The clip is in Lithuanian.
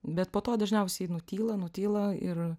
bet po to dažniausiai nutyla nutyla ir